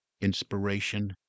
inspiration